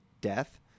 death